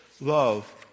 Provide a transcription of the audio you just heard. love